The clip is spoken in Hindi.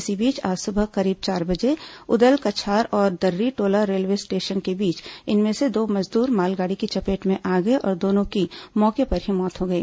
इसी बीच आज सुबह करीब चार बजे उदलकछार और दर्शटोला रेलवे स्टेशन के बीच इनमें से दो मजदूर मालगाड़ी की चपेट में आ गए और दोंनों की मौके पर ही मौत हो गई